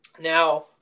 Now